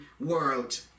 world